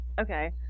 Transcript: Okay